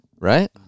Right